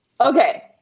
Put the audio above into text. Okay